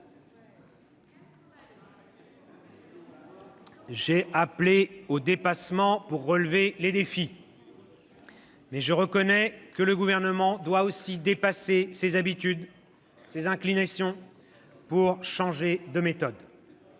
j'ai appelé au dépassement pour relever les défis, mais je reconnais que le Gouvernement aussi doit dépasser ses habitudes, ses inclinations, pour changer de méthode.